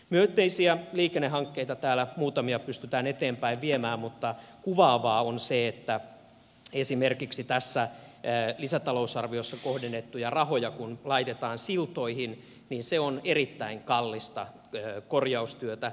myönteisiä liikennehankkeita täällä muutamia pystytään eteenpäin viemään mutta kuvaavaa on se että esimerkiksi tässä lisätalousarviossa kohdennettuja rahoja kun laitetaan siltoihin niin se on erittäin kallista korjaustyötä